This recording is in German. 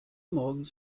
morgens